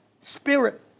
spirit